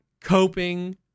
coping